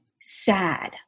sad